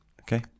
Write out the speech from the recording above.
okay